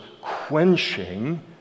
quenching